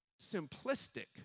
simplistic